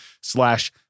slash